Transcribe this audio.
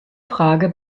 frage